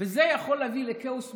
וזה יכול להביא לכאוס מוחלט,